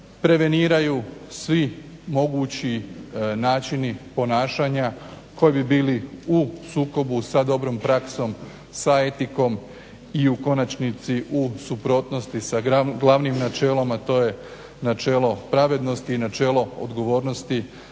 preveniraju svi mogući načini ponašanja koji bi bili u sukobu sa dobrom praksom, sa etikom i u konačnici u suprotnosti s glavnim načelom a to je načelo pravednosti i načelo odgovornosti